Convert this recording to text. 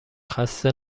خسته